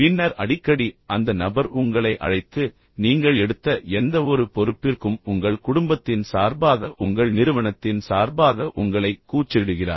பின்னர் அடிக்கடி அந்த நபர் உங்களை அழைத்து நீங்கள் எடுத்த எந்தவொரு பொறுப்பிற்கும் உங்கள் குடும்பத்தின் சார்பாக உங்கள் நிறுவனத்தின் சார்பாக உங்களை கூச்சலிடுகிறார்